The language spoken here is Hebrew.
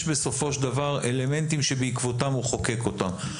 בסופו של דבר אלמנטים שבעקבותיהם הוא חוקק אותם.